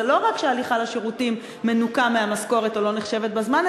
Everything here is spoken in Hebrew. זה לא רק שההליכה לשירותים מנוכה מהמשכורת או לא נחשבת בזמן,